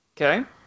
okay